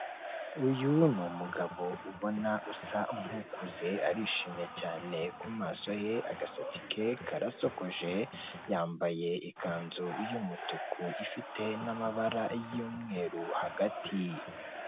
Uyu ni umugabo ubona usa nk'ukuze arishimye cyane kumaso ye, agasatsi ke karasokoje, yambaye ikanzu y'umutuku ifite n'amabara y'umweru, hagati.